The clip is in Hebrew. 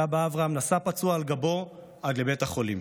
סבא אברהם נשא פצוע על גבו עד לבית החולים.